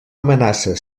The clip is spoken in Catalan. amenaça